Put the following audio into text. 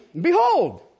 behold